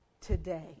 today